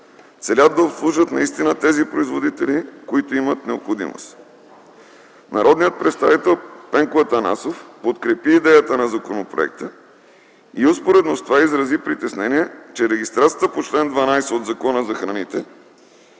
целят да обслужат наистина тези производители, които имат необходимост. Народният представител Пенко Атанасов подкрепи идеята на законопроекта и успоредно с това изрази притеснение, че регистрацията по чл. 12 от Закона за храните